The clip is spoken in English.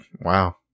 wow